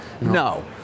No